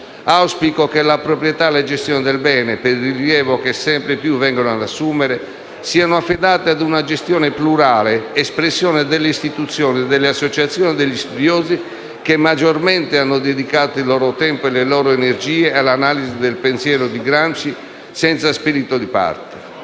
Museo), la proprietà e la gestione del bene, per il rilievo che sempre più vengono ad assumere, siano affidati ad una gestione plurale, espressione delle istituzioni, delle associazioni e degli studiosi che maggiormente hanno dedicato il loro tempo e le loro energie all'analisi del pensiero di Gramsci senza spirito di parte.